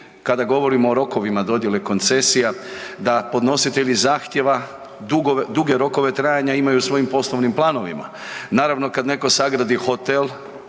kada govorimo o rokovima dodjele koncesija da podnositelji zahtjeva duge rokove trajanja imaju u svojim poslovnim planovima. Naravno kad neko sagradi hotel